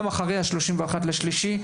גם אחרי ה-31 במרץ.